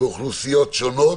לאוכלוסיות שונות.